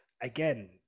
again